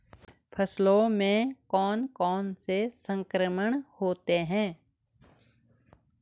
फसलों में कौन कौन से संक्रमण होते हैं?